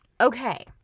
Okay